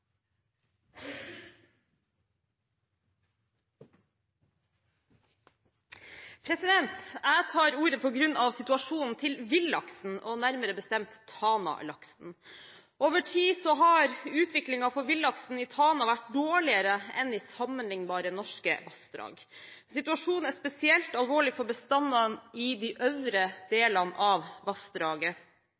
Jeg tar ordet på grunn av situasjonen til villaksen, nærmere bestemt Tana-laksen. Over tid har utviklingen for villaksen i Tana vært dårligere enn i sammenlignbare norske vassdrag. Situasjonen er spesielt alvorlig for bestandene i de øvre delene av vassdraget,